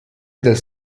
del